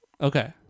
Okay